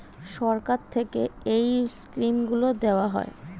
সরকার থেকে এই স্কিমগুলো দেওয়া হয়